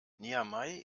niamey